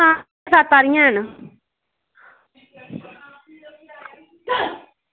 आं सत्त हारियां हैन